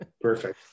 Perfect